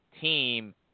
team